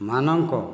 ମାନଙ୍କ